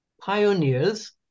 pioneers